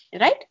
Right